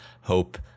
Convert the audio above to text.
hope